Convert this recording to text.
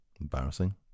Embarrassing